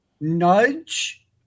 nudge